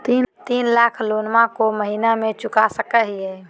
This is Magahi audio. तीन लाख लोनमा को महीना मे चुका सकी हय?